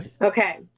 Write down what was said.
Okay